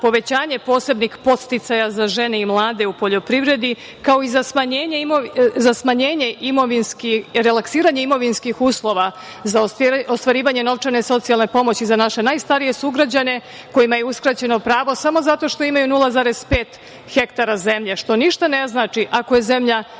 posebnih podsticaja za žene i mlade u poljoprivredi, kao i za relaksiranje imovinskih uslova za ostvarivanje novčane socijalne pomoći za naše najstarije sugrađane kojima je uskraćeno pravo samo zato što imaju 0,5 hektara zemlje, što ništa ne znači ako je zemlja